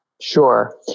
sure